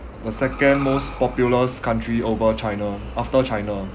the second most populous country over china after china